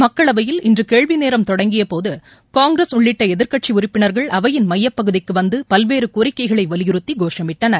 மக்களவையில் இன்றுகேள்விநேரம் தொடங்கியபோதுகாங்கிரஸ் உள்ளிட்டஎதிர்கட்சிஉறுப்பினர்கள் அவையின் மையப் பகுதிக்குவந்துபல்வேறுகோரிக்கைகளைவலியுறுத்திகோஷமிட்டனர்